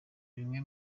bimwe